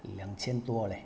两千多 leh